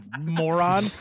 moron